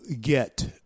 get